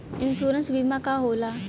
Insurance बीमा का होला?